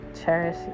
cherish